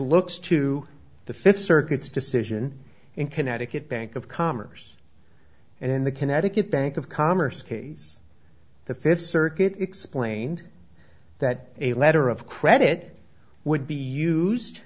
looks to the fifth circuit's decision in connecticut bank of commerce and in the connecticut bank of commerce case the fifth circuit explained that a letter of credit would be used